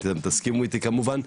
תסכימו איתי כמובן,